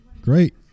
Great